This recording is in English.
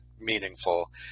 meaningful